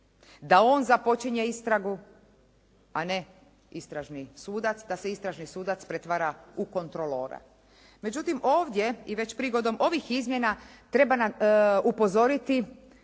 da on započinje istragu a ne istražni sudac. Da se istražni sudac pretvara u kontrolora. Međutim ovdje i već prigodom ovih izmjena treba upozoriti